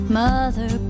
mother